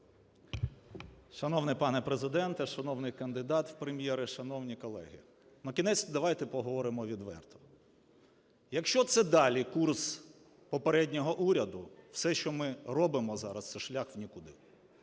Шановний пане Президенте, шановний кандидат в Прем'єри, шановні колеги, накінець давайте поговоримо відверто, якщо це далі курс попереднього уряду, все, що ми робимо зараз, це шлях в нікуди.